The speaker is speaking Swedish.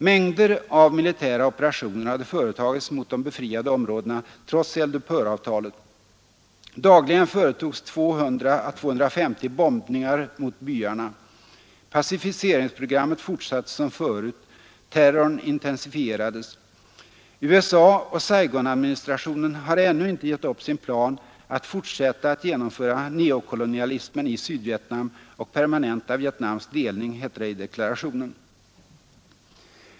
Mängder av militära operationer hade företagits mot de befriade områdena trots eldupphöravtalet. Dagligen företogs 200 å 250 bombningar mot byarna. Pacificeringsprogrammet fortsatte som förut. Terrorn intensifierades. ”USA och Saigonadministrationen har ännu inte gett upp sin plan att fortsätta att genomföra neokolonialismen i Sydvietnam och permanenta Vietnams delning”, hette det i deklarationen.